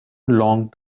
long